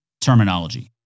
terminology